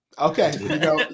okay